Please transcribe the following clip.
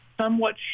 somewhat